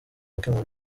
gukemura